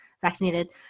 vaccinated